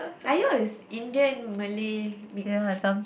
are you a Indian Malay mix